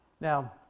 Now